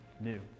new